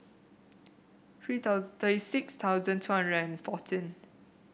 three thirty six thousand two hundred and fourteen